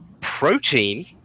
protein